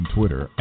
Twitter